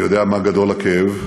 אני יודע מה גדול הכאב,